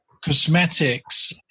cosmetics